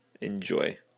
enjoy